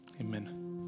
amen